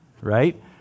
right